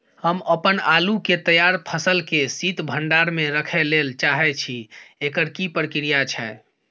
हम अपन आलू के तैयार फसल के शीत भंडार में रखै लेल चाहे छी, एकर की प्रक्रिया छै?